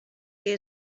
que